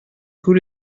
күл